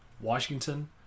Washington